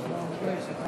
חברי חברי הכנסת,